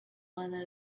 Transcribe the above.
one